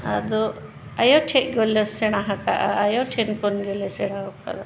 ᱟᱫᱚ ᱟᱭᱳ ᱴᱷᱮᱡ ᱜᱮᱞᱮ ᱥᱮᱬᱟ ᱟᱠᱟᱫᱼᱟ ᱟᱭᱳ ᱴᱷᱮᱱ ᱠᱷᱚᱱ ᱜᱮᱞᱮ ᱥᱮᱬᱟ ᱟᱠᱟᱫᱟ